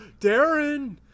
Darren